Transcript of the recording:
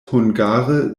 hungare